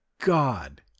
god